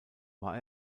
war